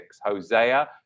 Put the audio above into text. hosea